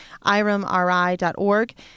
iramri.org